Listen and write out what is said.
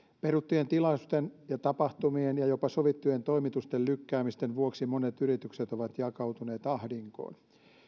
peruttujen tilausten ja tapahtumien ja jopa sovittujen toimitusten lykkäämisten vuoksi monet yritykset ovat ajautuneet ahdinkoon